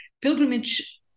pilgrimage